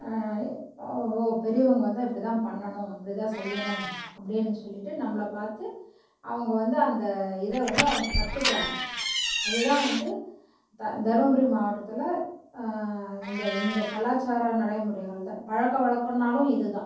ஓ பெரியவங்க வந்தால் இப்படி தான் பண்ணணும் இப்படி தான் செய்யணும் அப்படின்னு சொல்லிட்டு நம்மளை பார்த்து அவங்க வந்து அந்த இதை வந்து அவங்க கற்றுக்குறாங்க அது தான் வந்து த தருமபுரி மாவட்டத்தில் இந்த இந்த கலாச்சார நடைமுறைகள் தான் பழக்கவழக்கம்னாலும் இது தான்